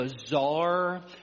bizarre